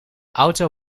auto